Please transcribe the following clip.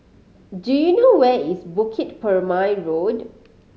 do you know where is Bukit Purmei Road